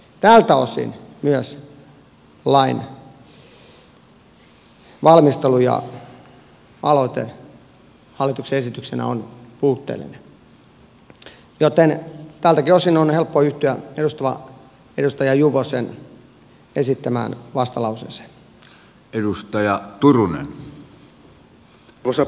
tältä osin myös lain valmistelu ja aloite hallituksen esityksenä on puutteellinen joten tältäkin osin on helppo yhtyä edustaja juvosen esittämään vastalauseeseen